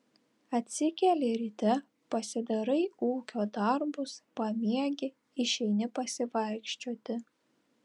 atsikeli ryte pasidarai ūkio darbus pamiegi išeini pasivaikščioti